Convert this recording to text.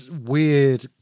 weird